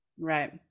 Right